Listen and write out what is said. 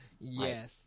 yes